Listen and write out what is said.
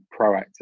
proactive